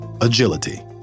Agility